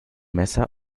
messer